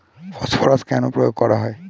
Phosphorus কেন প্রয়োগ করা হয়?